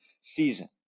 season